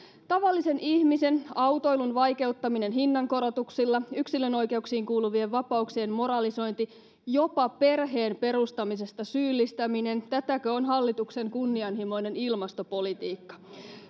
tavallisen ihmisen autoilun vaikeuttaminen hinnankorotuksilla yksilön oikeuksiin kuuluvien vapauksien moralisointi jopa perheen perustamisesta syyllistäminen tätäkö on hallituksen kunnianhimoinen ilmastopolitiikka